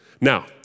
Now